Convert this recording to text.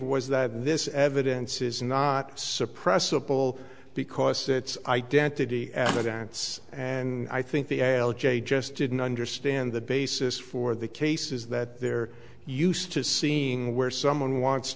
was that this evidence is not suppressive bull because it's identity evidence and i think the l j just didn't understand the basis for the cases that they're used to seeing where someone wants